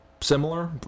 similar